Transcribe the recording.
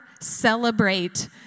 celebrate